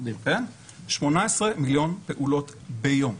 18 מיליון פעולות ביום.